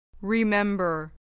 Remember